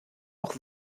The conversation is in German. auch